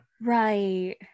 right